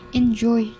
enjoy